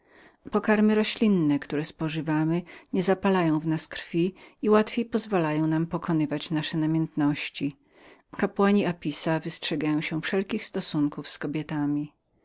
pokarmy roślinne które pożywamy nie zapalają w nas krwi i z większą łatwością pozwalają nam pokonywać nasze namiętności kapłani apisa wystrzegają się wszelkich stosunków z kobietami